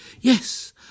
Yes